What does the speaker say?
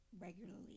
regularly